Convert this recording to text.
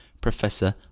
professor